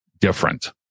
different